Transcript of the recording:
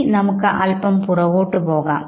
ഇനി നമുക്ക് അല്പം പുറകോട്ടു പോകാം